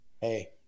hey